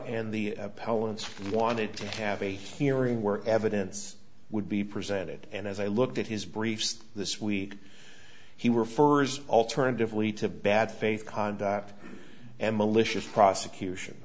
opponents wanted to have a hearing where evidence would be presented and as i looked at his briefs this week he refers alternatively to bad faith conduct and malicious prosecution